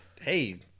hey